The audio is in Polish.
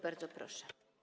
Bardzo proszę.